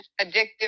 addictive